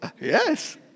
Yes